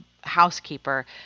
housekeeper